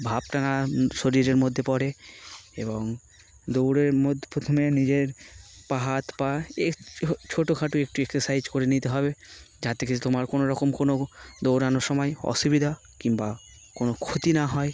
ভাবটা না শরীরের মধ্যে পড়ে এবং দৌড়ের মধ্যে প্রথমে নিজের পা হাত পা ছোটোখাটো একটু এক্সারসাইজ করে নিতে হবে যাতে তোমার কোনোোরকম কোনো দৌড়ানোর সময় অসুবিধা কিংবা কোনো ক্ষতি না হয়